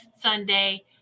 sunday